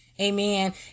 Amen